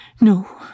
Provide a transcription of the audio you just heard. No